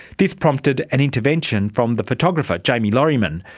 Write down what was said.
this prompted an intervention from the photographer, jamie lorriman,